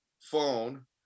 phone